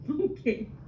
okay